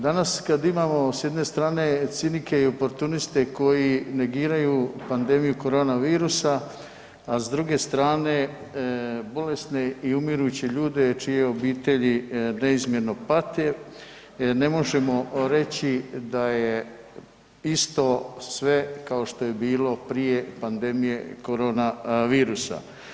Danas kada imamo s jedne strane cinike i oportuniste koji negiraju pandemiju koronavirusa, a s druge strane bolesne i umiruće ljude čije obitelji neizmjerno pate, ne možemo reći da je isto sve kao što je bilo prije pandemije koronavirusa.